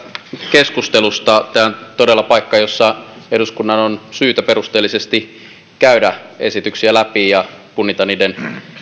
keskustelusta tämä on todella paikka jossa eduskunnan on syytä perusteellisesti käydä esityksiä läpi ja punnita niiden